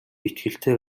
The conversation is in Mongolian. итгэлтэй